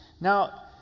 Now